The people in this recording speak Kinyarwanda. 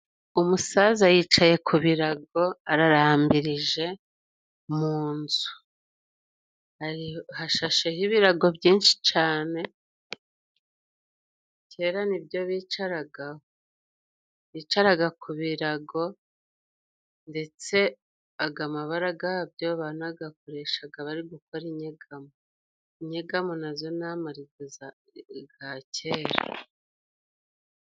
Umusaza yicaye ku birago ararambirije mu nzu. Hashasheho ibirago byinshi cane, kera ni byo bicaragaho. Bicaraga ku birago ndetse aga mabara gabyo banagakoreshaga bari gukora inyegamo. Inyegamo na zo ni amariguza za kera.